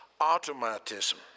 automatism